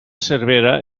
cervera